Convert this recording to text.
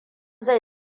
zai